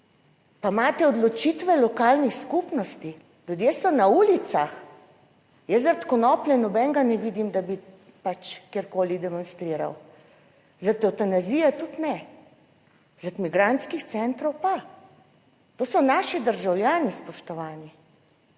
pa imate odločitve lokalnih skupnosti, ljudje so na ulicah. Jaz zaradi konoplje nobenega ne vidim, da bi pač kjerkoli demonstriral, zaradi evtanazije tudi ne - zaradi migrantskih centrov pa. To so naši državljani, spoštovani,